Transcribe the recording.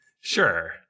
Sure